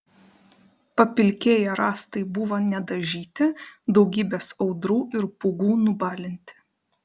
papilkėję rąstai buvo nedažyti daugybės audrų ir pūgų nubalinti